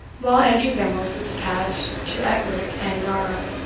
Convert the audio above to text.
while andrew gemmells was attached to ettrick and yarrow.